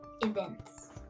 Events